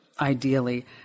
Ideally